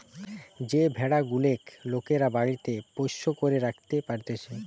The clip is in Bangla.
যে ভেড়া গুলেক লোকরা বাড়িতে পোষ্য করে রাখতে পারতিছে